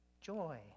joy